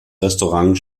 restaurant